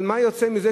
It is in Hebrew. אבל מה יוצא מזה,